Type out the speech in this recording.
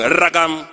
ragam